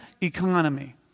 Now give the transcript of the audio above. economy